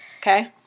Okay